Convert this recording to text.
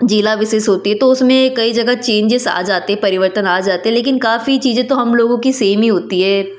जिला विशेष होती है तो उसमें कई जगह चेंजेस आ जाते परिवर्तन आ जाते लेकिन काफ़ी चीज़ें तो हम लोगों की सेम ही होती है